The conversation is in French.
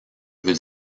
veux